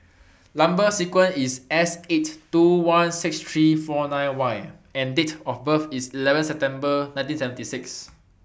Number sequence IS Seighty two lakh sixteen thousand three hundred and forty nine Y and Date of birth IS eleven September one thousand nine hundred and seventy six